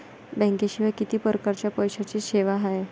बँकेशिवाय किती परकारच्या पैशांच्या सेवा हाय?